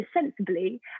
sensibly